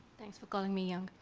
thanks for calling me young.